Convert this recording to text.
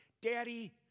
Daddy